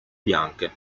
bianche